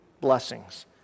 blessings